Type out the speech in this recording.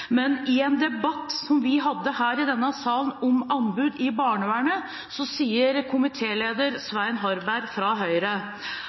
Men i en debatt som vi hadde her i denne salen om anbud i barnevernet, sier komitéleder Svein Harberg fra Høyre: